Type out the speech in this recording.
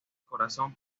corazón